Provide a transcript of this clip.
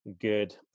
good